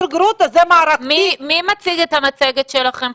מי מציג את המצגת שלכם,